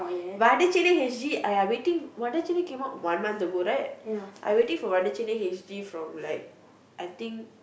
but other channel h_d !aiya! waiting one other channel come out one month ago right I waiting for other channel h_d from like I think